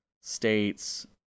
states